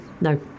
No